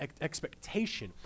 expectation